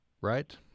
right